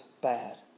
bad